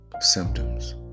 symptoms